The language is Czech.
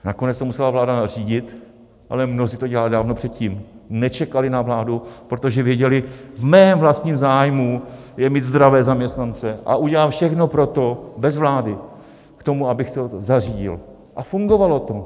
Nakonec to musela vláda nařídit, ale mnozí to dělali dávno předtím, nečekali na vládu, protože věděli: V mém vlastním zájmu je mít zdravé zaměstnance a udělám všechno pro to bez vlády k tomu, abych to zařídil, a fungovalo to.